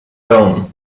dawn